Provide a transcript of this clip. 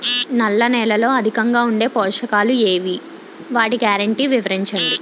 నల్ల నేలలో అధికంగా ఉండే పోషకాలు ఏవి? వాటి గ్యారంటీ వివరించండి?